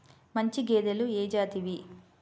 మంచి గేదెలు ఏ జాతివి?